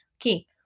Okay